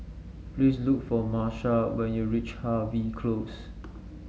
please look for Marsha when you reach Harvey Close